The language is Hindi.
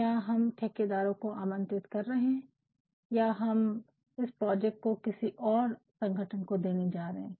क्या हम ठेकेदारों को आमंत्रित कर रहे है या हम इस प्रोजेक्ट को किसी और संगठन को देने जा रहे है